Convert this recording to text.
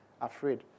afraid